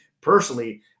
personally